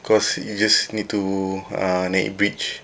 cause you just need to uh naik bridge